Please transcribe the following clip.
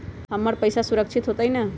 हमर पईसा सुरक्षित होतई न?